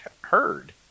heard